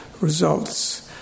results